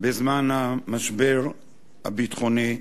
בזמן המשבר הביטחוני,